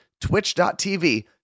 twitch.tv